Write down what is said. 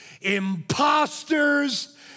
Imposters